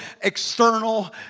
external